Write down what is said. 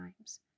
times